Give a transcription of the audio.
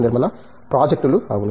నిర్మలా ప్రాజెక్టులు అవును